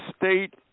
state